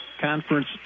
Conference